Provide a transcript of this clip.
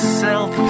self